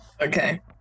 Okay